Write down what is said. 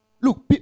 Look